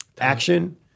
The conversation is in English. action